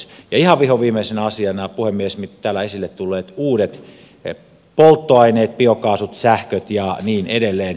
ihan vihoviimeisenä asiana puhemies täällä esille tulleet uudet polttoaineet biokaasut sähköt ja niin edelleen